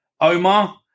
Omar